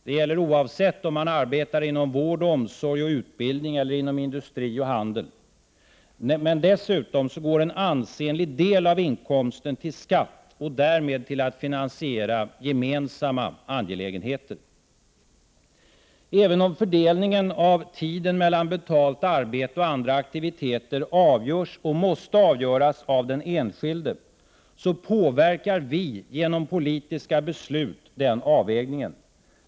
Det gäller oavsett om man arbetar inom vård, omsorg och utbildning eller inom industri och handel. Dessutom går en ansenlig del av inkomsten till skatt och därmed till att finansiera gemensamma angelägenheter. Även om fördelningen av tiden mellan betalt arbete och andra aktiviteter avgörs och måste avgöras av den enskilde påverkar vi genom politiska beslut den avvägningen.